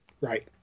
Right